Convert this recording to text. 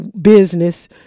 business